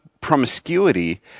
promiscuity